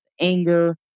anger